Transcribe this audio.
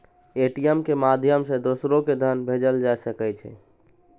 ATM के माध्यम सं दोसरो कें धन भेजल जा सकै छै